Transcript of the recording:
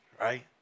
right